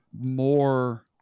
more